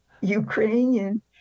Ukrainian